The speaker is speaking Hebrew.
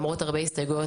למרות הרבה הסתייגויות,